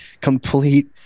complete